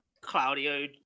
Claudio